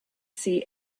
see